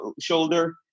shoulder